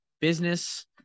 business